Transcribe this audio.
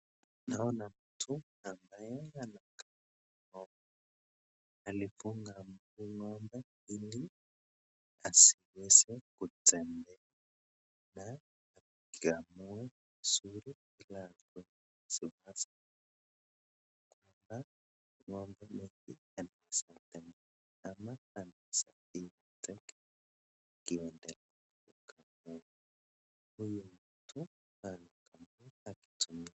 Naona mtu ambaye anakamua, alifunga mguu ng'ombe ili asiweze kutembea na akamue vizuri bila wasiwasi, tena huyung'ombe anasimama akiendelea kukamua, huyu mtu anakamua akitumia.